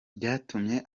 byatumye